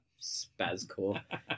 spazcore